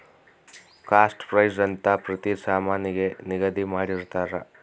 cost price ಅಂತ ಪ್ರತಿ ಸಾಮಾನಿಗೆ ನಿಗದಿ ಮಾಡಿರ್ತರ